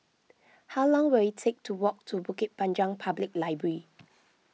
how long will it take to walk to Bukit Panjang Public Library